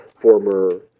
former